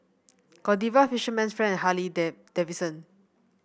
Godiva Fisherman's Friend Harley Dave Davidson